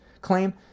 claim